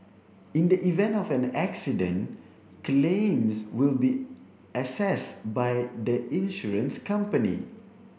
in the event of an accident claims will be assessed by the insurance company